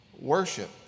worship